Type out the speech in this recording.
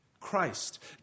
Christ